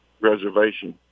reservation